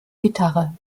gitarre